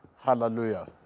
Hallelujah